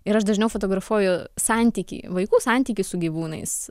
ir aš dažniau fotografuoju santykį vaikų santykį su gyvūnais